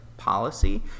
policy